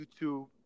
youtube